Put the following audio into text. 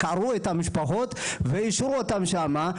קרעו את המשפחות והשאירו אותם שמה,